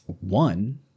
one